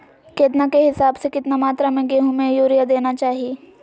केतना के हिसाब से, कितना मात्रा में गेहूं में यूरिया देना चाही?